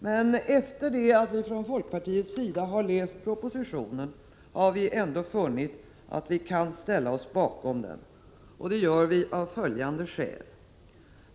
Men efter det att vi från folkpartiets sida läst propositionen har vi ändå funnit att vi kan ställa oss bakom den, och det gör vi av följande skäl.